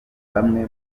bamwe